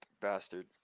bastard